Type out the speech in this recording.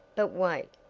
but wait,